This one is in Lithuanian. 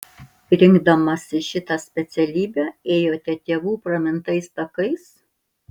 rinkdamasi šitą specialybę ėjote tėvų pramintais takais